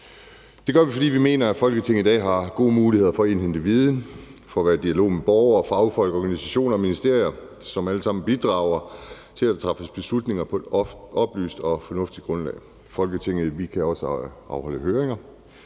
Det gør vi, fordi vi mener, at Folketinget i dag har gode muligheder for at indhente viden og for at være i dialog med borgere, fagfolk, organisationer og ministerier, som alle sammen bidrager til, at der træffes beslutninger på et oplyst og fornuftigt grundlag. I Folketinget kan vi også afholde høringer,